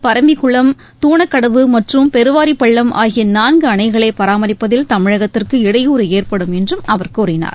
பரம்பிக்குளம் தூணக்கடவு மற்றும் பெருவாரிப்பள்ளம் ஆகிய நான்கு அணைகளை பராமரிப்பதில் தமிழகத்திற்கு இடையூறு ஏற்படும் என்று அவர் கூறினார்